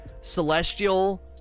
Celestial